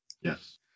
yes